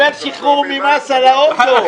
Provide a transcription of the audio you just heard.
קיבל שחרור ממס על האוטו.